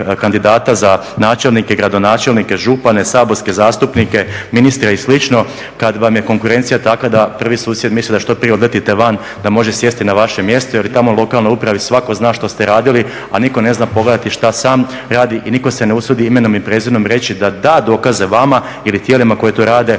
za načelnike, gradonačelnike, župane, saborske zastupnike, ministre i slično kad vam je konkurencija takva da prvi susjed misli da što prije odletite van da može sjesti na vaše mjesto. Jer je tamo u lokalnoj upravi svako zna što ste radili, a niko ne zna pogledati šta sam radi i niko se ne usudi imenom i prezimenom reći da dokaze vama ili tijelima koji to rade.